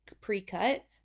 pre-cut